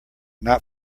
not